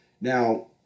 Now